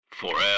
forever